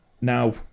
now